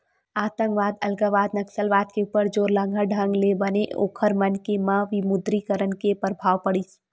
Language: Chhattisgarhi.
आंतकवाद, अलगावाद, नक्सलवाद के ऊपर जोरलगहा ढंग ले बने ओखर मन के म विमुद्रीकरन के परभाव पड़िस